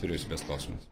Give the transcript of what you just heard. vyriausybės klausimas